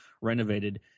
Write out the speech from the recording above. renovated